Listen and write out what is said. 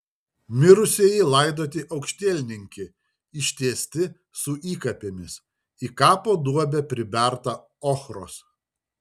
mirusieji laidoti aukštielninki ištiesti su įkapėmis į kapo duobę priberta ochros